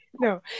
No